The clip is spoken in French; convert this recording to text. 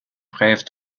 brève